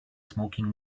smoking